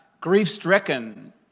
grief-stricken